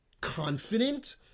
Confident